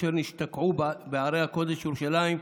אשר נשתקעו בערי הקודש ירושלים,